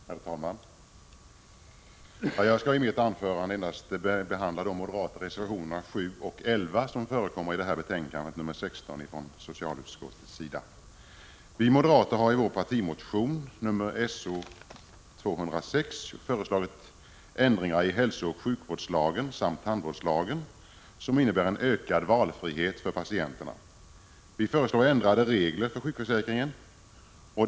Herr talman! Jag skall i mitt anförande endast behandla de moderata reservationerna 7 och 11 i socialutskottets betänkande nr 16. Vi moderater föreslår i vår partimotion nr S0206 ändringar i hälsooch sjukvårdslagen samt tandvårdslagen, som medför en ökad valfrihet för patienterna. Vi föreslår ändrade regler för sjukförsäkringen.